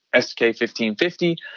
SK-1550